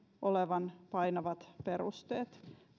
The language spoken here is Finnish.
olevan painavat perusteet